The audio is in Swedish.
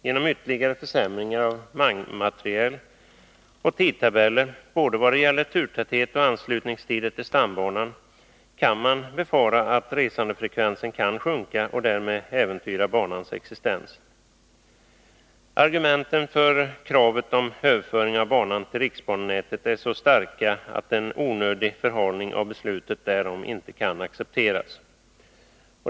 Genom ytterligare försämringar av vagnmateriel och tidtabeller, både vad gäller turtäthet och vad gäller anslutningstider till stambanan, kan man befara att resandefrekvensen kan sjunka och därmed äventyra banans existens. Argumenten för kravet på överföring av banan till riksbanenätet är så starka att en onödig förhalning av beslutet därom inte kan accepteras.